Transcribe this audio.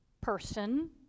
person